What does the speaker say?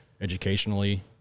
educationally